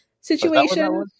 situation